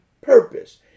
purpose